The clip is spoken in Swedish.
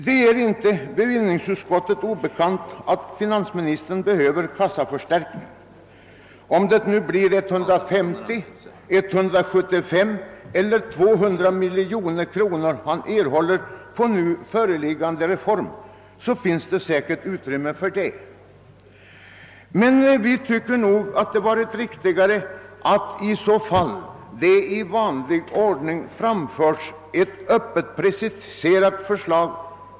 Det är inte bevillningsutskottet obekant att finansministern behöver kassaförstärkning. Vare sig det nu blir 150, 175 eller 200 miljoner kronor finansministern erhåller genom den föreslagna reformen, finns säkert användning för dessa pengar. Vi tycker nog att det hade varit riktigare att det i så fall i vanlig ordning framförts ett öppet preciserat förslag.